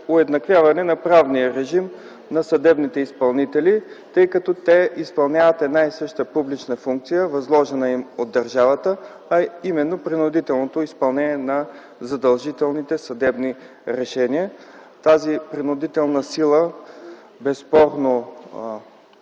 уеднаквяване на правния режим на съдебните изпълнители, тъй като те изпълняват една и съща публична функция, възложена им от държавата, а именно принудителното изпълнение на задължителните съдебни решения. Тази принудителна сила безспорно